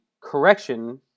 correction